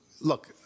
look